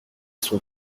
son